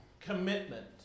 commitment